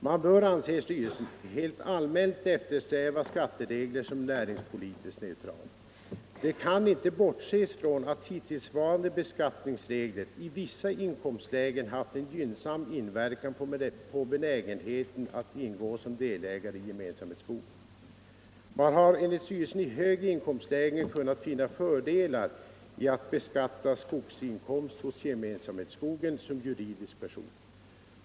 Man bör, anser styrelsen, helt allmänt eftersträva skatteregler, som är näringspolitiskt neutrala. Det kan inte bortses från att hittillsvarande beskattningsregler i vissa inkomstlägen haft en gynnsam inverkan på benägenheten att ingå som delägare i gemensamhetsskog. Man har enligt styrelsen i högre inkomstlägen kunnat finna fördelar i att beskatta skogsinkomst hos gemensamhetsskogen som juridisk person.